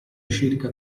circa